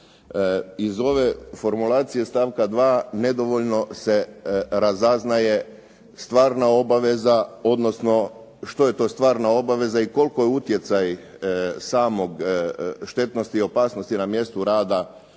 Iz ove formulacije stavka 2. nedovoljno se razaznaje stvarna obaveza, odnosno što je to stvarna obaveza i koliko je utjecaj same štetnosti i opasnosti na mjestu rada